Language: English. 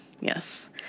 Yes